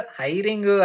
hiring